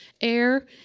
AIR